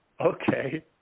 Okay